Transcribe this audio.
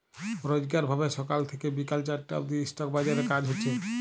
রইজকার ভাবে ছকাল থ্যাইকে বিকাল চারটা অব্দি ইস্টক বাজারে কাজ হছে